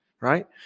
right